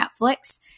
Netflix